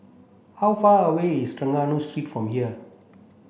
how far away is Trengganu Street from here